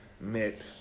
met